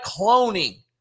cloning